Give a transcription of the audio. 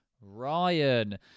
ryan